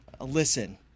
listen